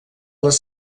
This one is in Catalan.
les